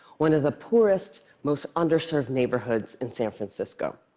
one of the poorest, most underserved neighborhoods in san francisco.